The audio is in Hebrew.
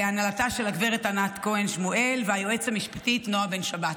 בהנהלתה של הגברת ענת כהן שמואל והיועצת המשפטית נעה בן שבת.